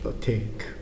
take